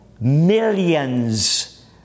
Millions